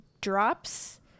drops